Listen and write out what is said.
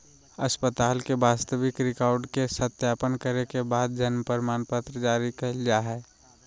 अस्पताल के वास्तविक रिकार्ड के सत्यापन करे के बाद जन्म प्रमाणपत्र जारी कइल जा हइ